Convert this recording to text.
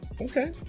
Okay